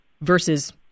versus